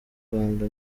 rwanda